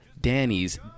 Danny's